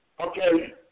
Okay